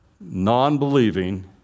non-believing